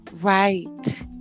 right